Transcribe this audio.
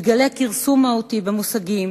ומתגלה כרסום מהותי במושגים,